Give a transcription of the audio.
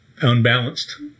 unbalanced